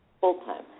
full-time